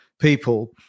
people